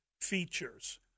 features